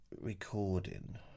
recording